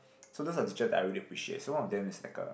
so those are the teachers that I really appreciate so one of them is like a